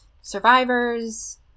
survivors